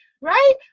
Right